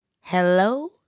hello